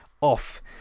off